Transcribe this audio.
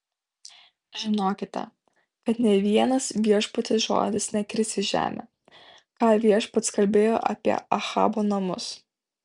žinokite kad nė vienas viešpaties žodis nekris į žemę ką viešpats kalbėjo apie ahabo namus